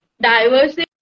diversity